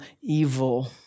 evil